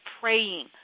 praying